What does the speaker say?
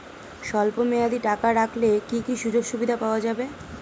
স্বল্পমেয়াদী টাকা রাখলে কি কি সুযোগ সুবিধা পাওয়া যাবে?